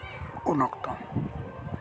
ᱩᱱ ᱚᱠᱛᱚ